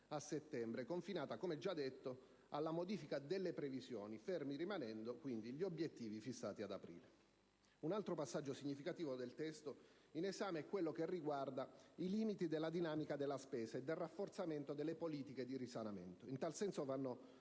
a settembre, confinata - come già detto - alla modifica delle previsioni, fermi rimanendo quindi gli obiettivi fissati ad aprile. Altro passaggio significativo del testo in esame è quello riguardante i limiti della dinamica della spesa e del rafforzamento delle politiche di risanamento. In tal senso vanno